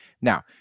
now